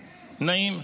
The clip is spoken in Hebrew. נאים.